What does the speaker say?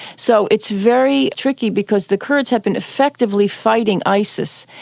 so it's very tricky because the kurds have been effectively fighting isis,